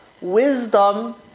wisdom